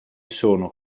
sono